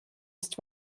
ist